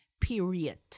period